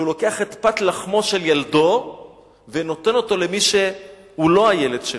שהוא לוקח את פת לחמו של ילדו ונותן אותה למי שהוא לא הילד שלו.